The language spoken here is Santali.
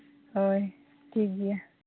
ᱦᱳᱭ ᱴᱷᱤᱠ ᱜᱮᱭᱟ